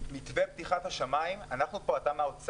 אתה יודע מה,